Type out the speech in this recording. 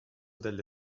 delle